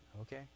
Okay